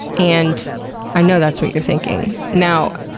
and i know that's what you are thinking. now,